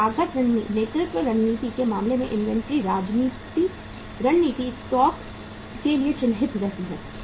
तो लागत नेतृत्व रणनीति के मामले में इन्वेंट्री रणनीति स्टॉक के लिए चिह्नित रहती है